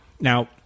Now